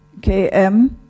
Km